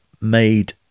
made